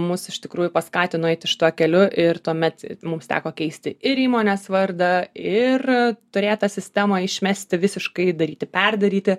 mus iš tikrųjų paskatino eiti šituo keliu ir tuomet mums teko keisti ir įmonės vardą ir turėtą sistemą išmesti visiškai daryti perdaryti